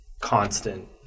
constant